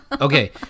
Okay